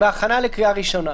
בהכנה לקריאה ראשונה.